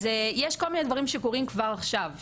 אז יש כל מיני דברים שקורים כבר עכשיו,